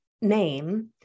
name